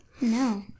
No